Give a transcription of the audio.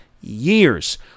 years